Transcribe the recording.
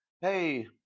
hey